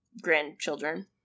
grandchildren